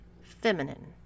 feminine